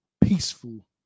peaceful